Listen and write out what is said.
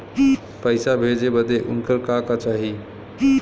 पैसा भेजे बदे उनकर का का चाही?